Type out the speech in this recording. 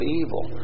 evil